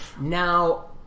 Now